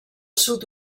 sud